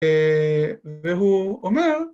‫והוא אומר...